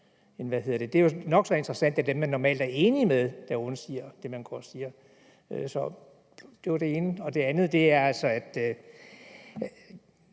Det er jo nok så interessant, at det er dem, man normalt er enige med, der undsiger det, man går og siger. Det var det ene. Det andet er altså